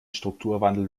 strukturwandel